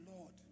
Lord